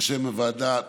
בשם ועדת החוקה,